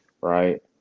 right